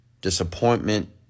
disappointment